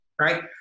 right